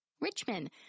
Richmond